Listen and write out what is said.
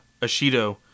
Ashido